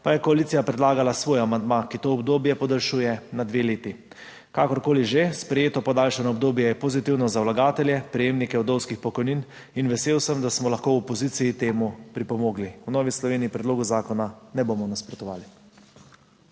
pa je koalicija predlagala svoj amandma, ki to obdobje podaljšuje na dve leti. Kakorkoli že, sprejeto podaljšano obdobje je pozitivno za vlagatelje, prejemnike vdovskih pokojnin, in vesel sem, da smo lahko v opoziciji k temu pripomogli. V Novi Sloveniji predlogu zakona ne bomo nasprotovali.